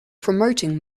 promoting